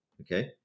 Okay